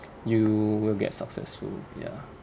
you will get successful ya